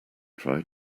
try